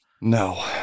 no